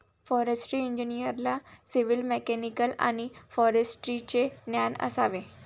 forestry इंजिनिअरला civil, mechanical आणि फॉरेस्ट्रीचे ज्ञान असावे